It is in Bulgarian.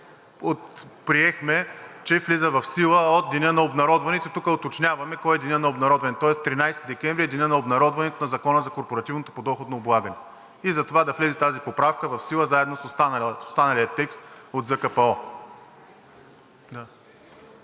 приехме, че влиза в сила от деня на обнародването и тук уточняваме кой е денят на обнародването, тоест 13 декември е денят на обнародването на Закона за корпоративното подоходно облагане и затова да влезе тази поправка в сила заедно с останалия текст от ЗКПО.